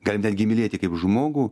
galim netgi mylėti kaip žmogų